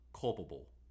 culpable